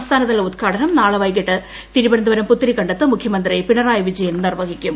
സംസ്ഥാനതല ഉദ്ഘാടനം നാളെ വൈകിട്ട് തിരുവനന്തപുരം പുത്തരിക്കണ്ടത്ത് മുഖ്യമന്ത്രി പിണറായി വിജയൻ നിർവ്വഹിക്കും